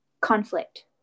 conflict